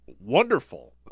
wonderful